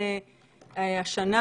ובמיוחד השנה,